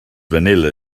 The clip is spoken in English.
vanilla